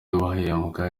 bahembwa